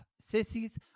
Sissies